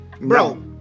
Bro